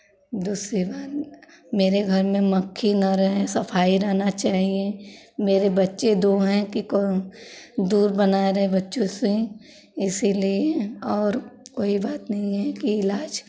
दूसरी बार मेरे घर में मक्खी ना रहे सफाई रहना चाहिए मेरे बच्चे दो हैं कि दूर बनाए रहें बच्चों से इसीलिए और कोई बात नहीं है कि इलाज़